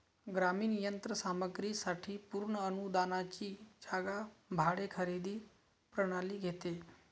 ग्रामीण यंत्र सामग्री साठी पूर्ण अनुदानाची जागा भाडे खरेदी प्रणाली घेते